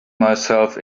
myself